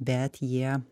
bet jie